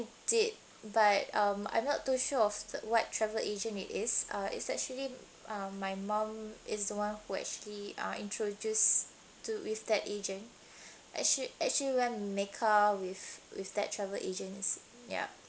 did but um I'm not too sure of the what travel agent it is uh it's actually um my mom is the one who actually uh introduced to with that agent actually actually went mecca with with that travel agents ya